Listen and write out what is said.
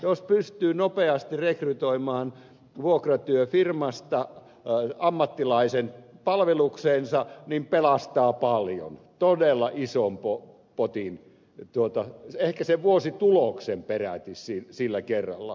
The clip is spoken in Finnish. jos pystyy nopeasti rekrytoimaan vuokratyöfirmasta ammattilaisen palvelukseensa pelastaa paljon todella ison potin ehkä sen vuosituloksen peräti sillä kerralla